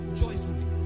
joyfully